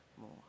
More